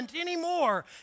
anymore